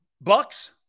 bucks